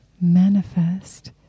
manifest